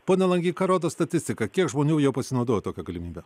pone langy ką rodo statistika kiek žmonių jau pasinaudojo tokia galimybe